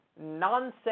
nonsense